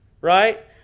Right